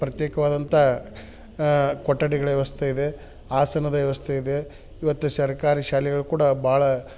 ಪ್ರತ್ಯೇಕವಾದಂಥ ಕೊಠಡಿಗಳ ವ್ಯವಸ್ಥೆ ಇದೆ ಆಸನದ ವ್ಯವಸ್ಥೆ ಇದೆ ಇವತ್ತು ಸರ್ಕಾರಿ ಶಾಲೆಗಳು ಕೂಡ ಭಾಳ